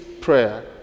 prayer